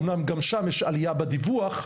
אמנם גם שם יש עלייה בדיווח,